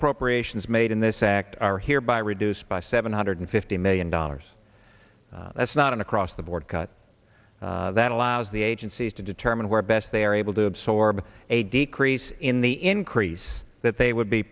appropriations made in this act are hereby reduced by seven hundred fifty million dollars that's not an across the board cut that allows the agencies to determine where best they are able to absorb a decrease in the increase that they would be